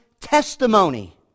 testimony